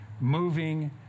moving